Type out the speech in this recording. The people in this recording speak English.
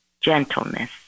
gentleness